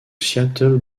seattle